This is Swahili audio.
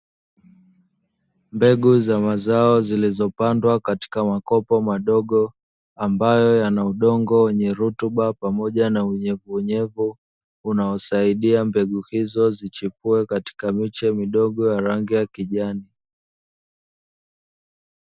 Mbegu za mazao zilizopandwa katika makopo madogo ambayo yana udongo wenye rutuba, pamoja na unyevu unyevu unaosaidia mbegu hizo zichipue katika miche midogo ya rangi ya kijani.